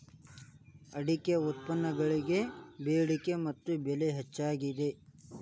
ಅಡಿಕೆ ಉತ್ಪನ್ನಗಳಿಗೆ ಬೆಡಿಕೆ ಮತ್ತ ಬೆಲೆ ಹೆಚ್ಚಾಗಿದೆ